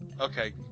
Okay